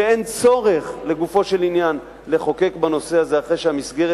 שאין צורך לגופו של עניין לחוקק בנושא הזה אחרי שהמסגרת